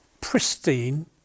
pristine